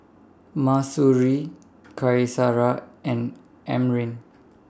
Mahsuri Qaisara and Amrin